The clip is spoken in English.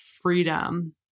freedom